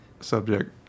subject